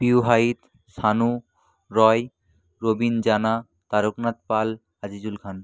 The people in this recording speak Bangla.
পিউ হাইত সানু রয় রবীন জানা তারকনাথ পাল আজিজুল খান